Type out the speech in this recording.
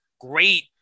Great